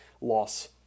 loss